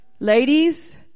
Ladies